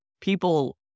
People